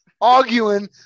arguing